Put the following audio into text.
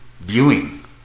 viewing